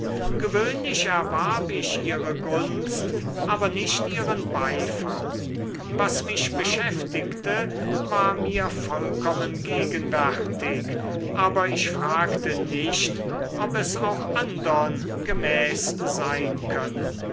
gewöhnlich erwarb ich ihre gunst aber nicht ihren beifall was mich beschäftigte war mir vollkommen gegenwärtig aber ich fragte nicht ob es auch andern gemäß sein könne